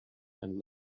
and